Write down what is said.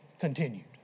continued